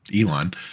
Elon